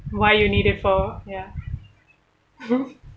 why you need it for ya